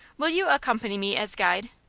will you accompany me as guide?